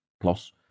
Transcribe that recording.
plus